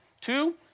Two